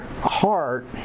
heart